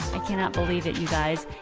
i cannot believe it, you guys.